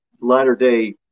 latter-day